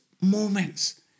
moments